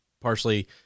partially